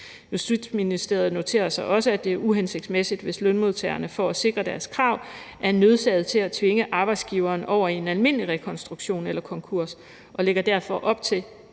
Justitsministeriet noterer sig også, at det er uhensigtsmæssigt, hvis lønmodtagerne for at sikre deres krav er nødsaget til at tvinge arbejdsgiveren over i en almindelig rekonstruktion eller konkurs, og man lægger derfor op til